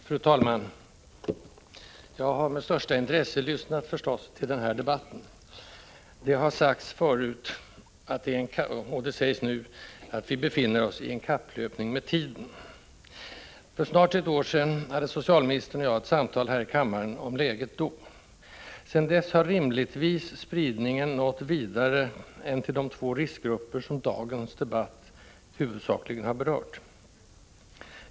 Fru talman! Jag har naturligtvis med största intresse lyssnat till den här debatten. Det har sagts förut, och det sägs nu, att vi befinner oss i en kapplöpning med tiden. För snart ett år sedan hade socialministern och jag ett samtal här i kammaren om läget då. Sedan dess har spridningen rimligtvis nått vidare än till de två riskgrupper som dagens debatt huvudsakligen har berört.